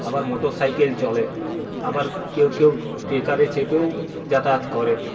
আবার motor cycle চলে আবার কেউ কেউ ট্রেকারে চেপেও যাতায়াত করে